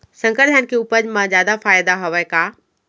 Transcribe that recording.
संकर धान के उपज मा जादा फायदा हवय का?